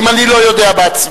אם אני לא יודע בעצמי.